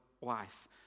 life